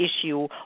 issue